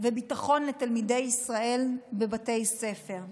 וביטחון לתלמידי ישראל בבתי ספר.